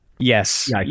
Yes